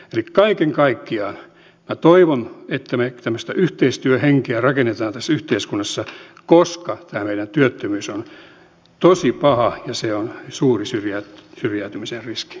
eli kaiken kaikkiaan toivon että me tämmöistä yhteistyöhenkeä rakennamme tässä yhteiskunnassa koska tämä meidän työttömyys on tosi paha ja se on suuri syrjäytymisen riskiasia